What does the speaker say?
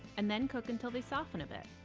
and then cook until they soften a bit.